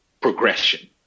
progression